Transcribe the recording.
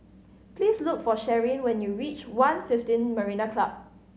please look for Sharyn when you reach One fifteen Marina Club